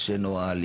יש נוהל,